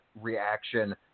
reaction